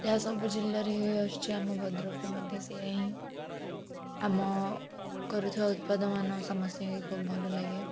ଯାହା ସବୁ ଜିଲ୍ଲାରେ ହେଇଆସୁଛି ଆମ ଭଦ୍ରକରେ ମଧ୍ୟ ସେୟା ହିଁ ଆମ କରୁଥିବା ଉତ୍ପାଦମାନ ସମସ୍ତଙ୍କୁ ଖୁବ ଭଲ ଲାଗେ